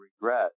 regret